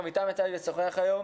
גם איתם יצא לי לשוחח היום.